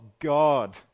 God